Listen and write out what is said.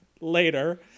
later